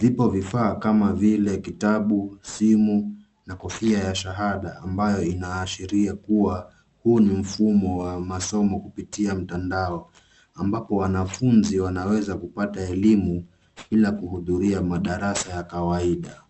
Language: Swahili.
Vipo vifaa kama vile kitabu, simu na kofia ya shahada ambayo inaashiria kuwa huu ni mfumo wa masomo kupitia mtandao ambapo wanafunzi wanaweza kupata elimu bila kuhudhuria madarasa ya kawaida.